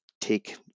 take